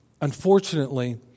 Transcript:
Unfortunately